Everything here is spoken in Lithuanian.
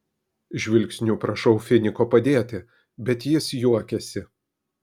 žvilgsniu prašau finiko padėti bet jis juokiasi